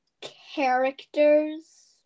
characters